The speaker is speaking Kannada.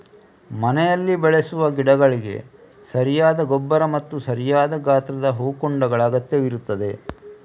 ಮನೆಯಲ್ಲಿ ಬೆಳೆಸುವ ಗಿಡಗಳಿಗೆ ಸರಿಯಾದ ಗೊಬ್ಬರ ಮತ್ತು ಸರಿಯಾದ ಗಾತ್ರದ ಹೂಕುಂಡಗಳ ಅಗತ್ಯವಿರುತ್ತದೆ